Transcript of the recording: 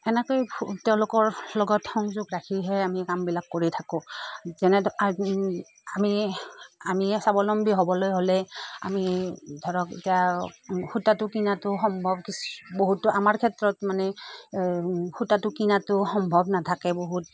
এনেকৈয়ে তেওঁলোকৰ লগত সংযোগ ৰাখিহে আমি কামবিলাক কৰি থাকোঁ যেনে আমি আমিয়ে স্বাৱলম্বী হ'বলৈ হ'লে আমি ধৰক এতিয়া সূতাটো কিনাটো সম্ভৱ কিছু বহুতো আমাৰ ক্ষেত্ৰত মানে সূতাটো কিনাটোও সম্ভৱ নাথাকে বহুত